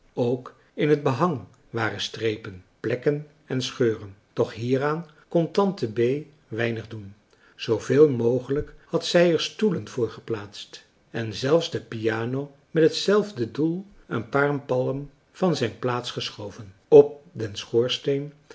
ook in het behang waren strepen plekken en scheuren doch hieraan kon tante bee weinig doen zooveel mogelijk had zij er stoelen voor geplaatst en zelfs de piano met hetzelfde doel een paar palm van zijn plaats geschoven op den schoorsteen